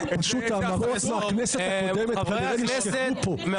שאמרו לניר אורבך,